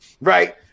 right